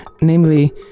Namely